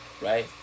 Right